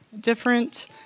different